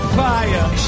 fire